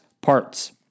parts